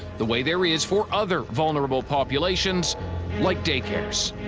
the way there is for other vulnerable populations like daycares.